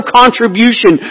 contribution